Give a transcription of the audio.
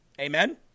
Amen